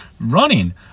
running